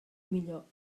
millor